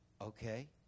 Okay